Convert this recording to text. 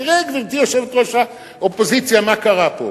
תראי, גברתי יושבת-ראש האופוזיציה, מה קרה פה.